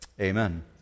Amen